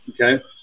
Okay